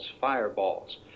fireballs